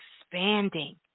expanding